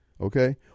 Okay